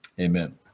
amen